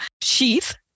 sheath